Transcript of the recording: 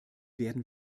werden